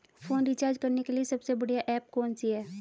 Phone recharge करने के लिए सबसे बढ़िया ऐप कौन सी है?